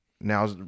now